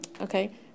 okay